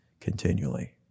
continually